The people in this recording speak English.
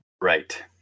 right